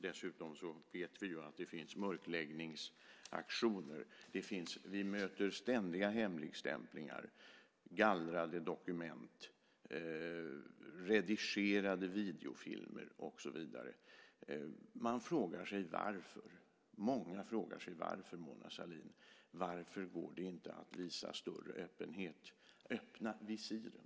Dessutom vet vi att det finns mörkläggningsaktioner. Vi möter ständiga hemligstämplingar, gallrade dokument, redigerade videofilmer och så vidare. Många frågar sig varför, Mona Sahlin. Varför går det inte att visa större öppenhet? Öppna visiren!